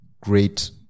great